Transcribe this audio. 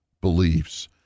beliefs